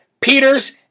Peters